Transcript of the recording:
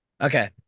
Okay